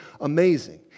amazing